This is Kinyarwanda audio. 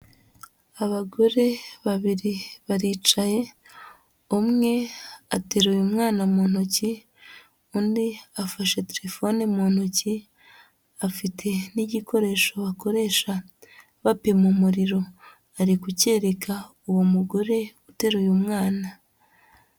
Abagore babiri baricaye, umwe ateruye umwana mu ntoki, undi afashe terefone mu ntoki afite n'igikoresho bakoresha bapima umuriro, ari kukereka uwo mugore uteruye umwana.